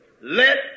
Let